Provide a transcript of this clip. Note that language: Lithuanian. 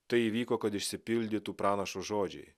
tai įvyko kad išsipildytų pranašo žodžiai